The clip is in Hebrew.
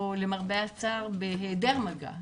או למרבה הצער בהיעדר מגע,